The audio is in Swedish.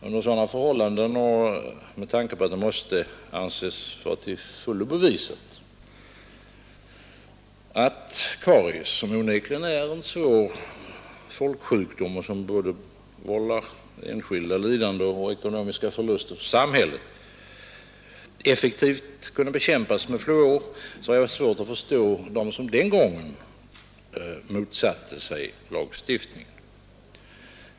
Under sådana förhållanden och med tanke på att det måste anses vara till fullo bevisat att karies, som onekligen är en svår folksjukdom och som både vållar enskilda lidande och förorsakar samhället ekonomiska förluster, effektivt kunde bekämpas med fluor, har jag svårt att förstå dem som den gången motsatte sig lagstiftningen.